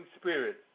spirit